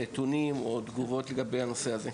נתונים או תגובות לגבי הנושא הזה.